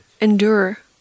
endure